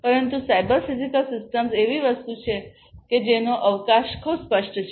પરંતુ cyber physical systems એવી વસ્તુ છે કે જેનો અવકાશ ખૂબ સ્પષ્ટ છે